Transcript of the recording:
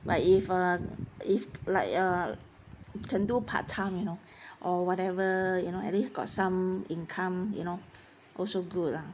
but if uh if like uh can do part time you know or whatever you know at least got some income you know also good lah